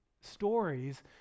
stories